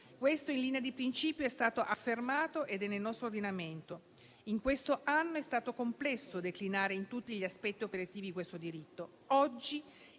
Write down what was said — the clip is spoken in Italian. Questo in linea di principio è stato affermato ed è nel nostro ordinamento. In questo anno è stato complesso declinare in tutti gli aspetti operativi questo diritto. Oggi